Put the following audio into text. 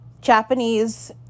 japanese